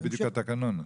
זה בדיוק התקנות.